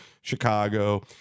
Chicago